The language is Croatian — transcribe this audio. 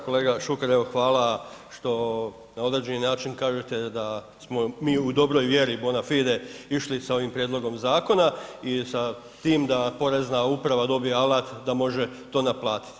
Kolega Šuker, evo hvala što na određeni način kažete da smo mi u dobroj vjeri bona fide išli sa ovim prijedlogom zakona i sa tim da porezna uprava dobije alat da može to naplatiti.